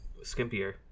skimpier